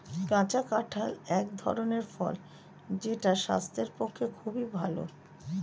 কাঁচা কাঁঠাল এক ধরনের ফল যেটা স্বাস্থ্যের পক্ষে খুবই ভালো